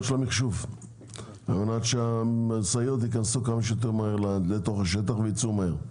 של המחשוב כדי שהמשאיות ייכנסו כמה שיותר מהר לשטח וייצאו מהר.